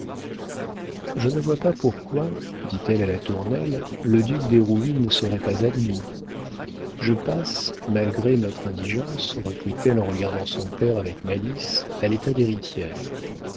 je ne vois pas pourquoi dit-elle à latournelle le duc d'hérouville ne serait pas admis je passe malgré notre indigence reprit-elle en regardant son père avec malice à l'état d'héritière